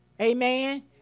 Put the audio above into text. amen